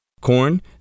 Corn